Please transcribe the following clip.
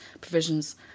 provisions